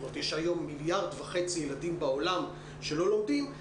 יש היום 1.5 מיליארד ילדים בעולם שלא לומדים.